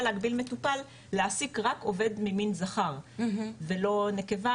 להגביל מטופל להעסיק רק עובד ממין זכר ולא נקבה,